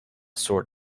sort